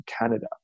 Canada